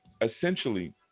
essentially